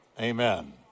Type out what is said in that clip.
Amen